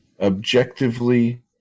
objectively